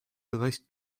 bericht